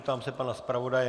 Ptám se pana zpravodaje.